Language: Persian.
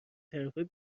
طرفای